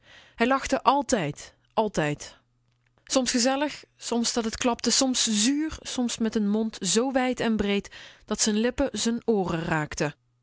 hij lachte altijd altijd soms gezellig soms dat t klapte soms zuur soms met n mond zoo wijd en breed dat z'n lippen z'n ooren raakten